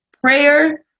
Prayer